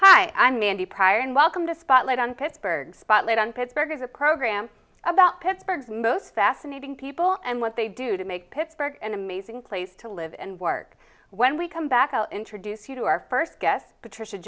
hi i'm mandy pryor and welcome to spotlight on pittsburgh spotlight on pittsburgh as a crow graham about pittsburgh's most fascinating people and what they do to make pittsburgh an amazing place to live and work when we come back i'll introduce you to our first guest patricia